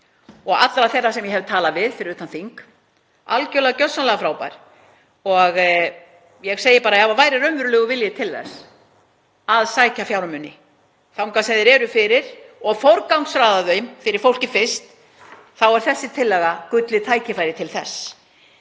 og allra þeirra sem ég hef talað við fyrir utan þing, algerlega gjörsamlega frábær. Ef það væri raunverulegur vilji til þess að sækja fjármuni þangað sem þeir eru fyrir og forgangsraða þeim fyrir fólkið fyrst þá er þessi tillaga gullið tækifæri til þess.